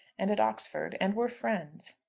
and at oxford, and were friends.